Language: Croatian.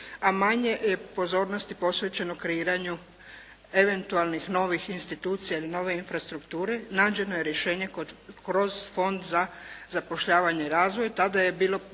a manje je pozornosti posvećeno kreiranju eventualnih novih institucija ili nove infrastrukture, nađeno je rješenje kroz Fond za zapošljavanje i razvoj,